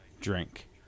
drink